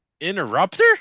interrupter